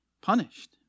punished